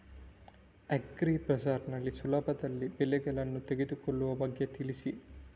agri ಬಜಾರ್ ನಲ್ಲಿ ಸುಲಭದಲ್ಲಿ ಬೆಳೆಗಳನ್ನು ತೆಗೆದುಕೊಳ್ಳುವ ಬಗ್ಗೆ ತಿಳಿಸಿ